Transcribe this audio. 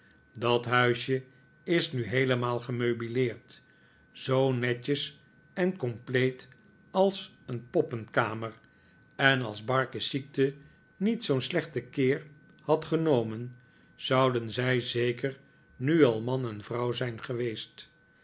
dat huisje is nu heelemaal gemeubileerd zoo netjes en compleet als een poppenkamer en als barkis ziekte niet zoo'n slechten keer had genomen zouden zij zeker nu al man en vrouw zijn geweest